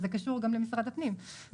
אז זה קשור גם למשרד הפנים,